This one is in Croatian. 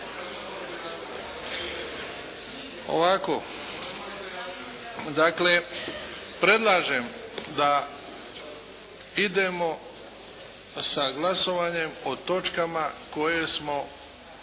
Ovako, dakle predlažem da idemo sa glasovanjem o točkama koje smo završili.